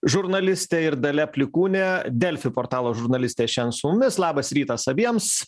žurnalistė ir dalia plikūnė delfi portalo žurnalistė šian su mumis labas rytas abiems